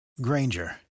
Granger